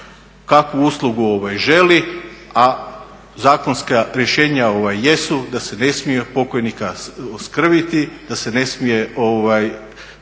kakvu uslugu želi a zakonska rješenja jesu da se ne smije pokojnika ostrviti, da se ne smije